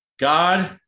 God